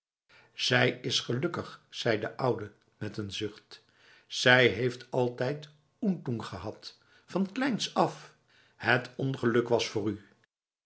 zij is gelukkig zei de oude met een zucht zij heeft altijd oentoeng gehad van kleins af het ongeluk was voor u